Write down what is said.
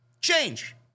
Change